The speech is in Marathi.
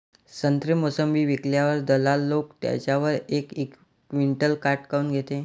संत्रे, मोसंबी विकल्यावर दलाल लोकं त्याच्यावर एक क्विंटल काट काऊन घेते?